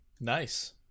Nice